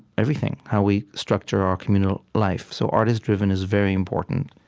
everything, how we structure our communal life. so artist-driven is very important